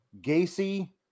Gacy